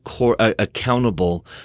accountable